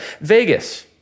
Vegas